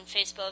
Facebook